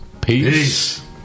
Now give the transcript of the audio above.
Peace